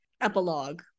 epilogue